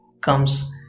comes